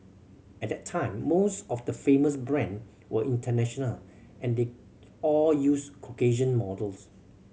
at that time most of the famous brand were international and they all used Caucasian models